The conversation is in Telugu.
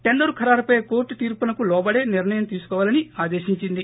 టెండరు ఖరారుపై కోర్టు తీర్పునకు లోబడే నిర్ణయం తీసుకోవాలని ఆదేశించింది